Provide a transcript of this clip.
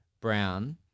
Brown